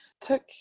took